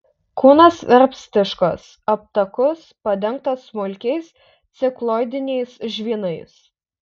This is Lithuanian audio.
kūnas verpstiškas aptakus padengtas smulkiais cikloidiniais žvynais